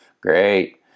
Great